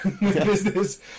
business